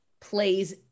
plays